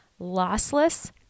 lossless